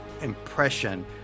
impression